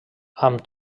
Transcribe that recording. amb